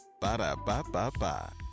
Ba-da-ba-ba-ba